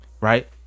Right